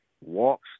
walks